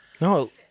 No